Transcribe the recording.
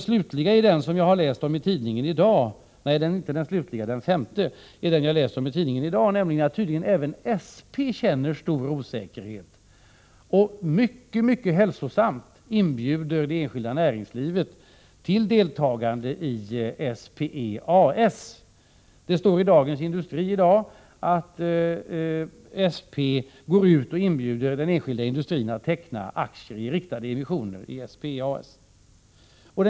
Ytterligare en omständighet är att jag i tidningen i dag läst att SP tydligen känner stor osäkerhet och — mycket hälsosamt — inbjuder det enskilda näringslivet till deltagande i SP Exploration A/S. Det står i Dagens Industri i dag att SP går ut och inbjuder den enskilda industrin att teckna aktier i riktade emissioner i detta företag.